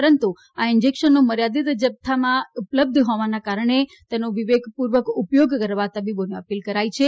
પરંતુ આ ઈન્જેકશનનો મર્યાદિત જથ્થામાં ઉપલબ્ધ હોવાને કારણે તેનો વિવેકપ્રર્વક ઉપયોગ કરવા તબીબોને અપીલ કરાઈ છે